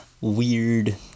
weird